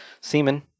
semen